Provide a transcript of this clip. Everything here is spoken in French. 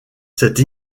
cette